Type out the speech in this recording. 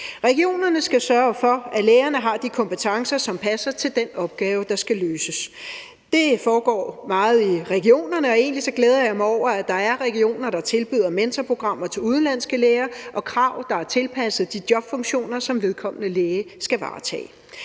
Regionerne skal sørge for, at lægerne har de kompetencer, som passer til den opgave, der skal løses. Det foregår meget i regionerne, og egentlig glæder jeg mig over, at der er regioner, der tilbyder mentorprogrammer til udenlandske læger og krav, der er tilpasset de jobfunktioner, som vedkommende læge skal varetage.